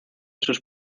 sus